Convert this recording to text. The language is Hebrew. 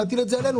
להטיל את זה עלינו,